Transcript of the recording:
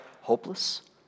hopeless